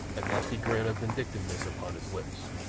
a nasty grin of vindictiveness upon his lips.